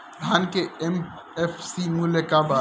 धान के एम.एफ.सी मूल्य का बा?